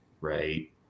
right